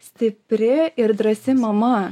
stipri ir drąsi mama